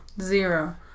Zero